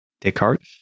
Descartes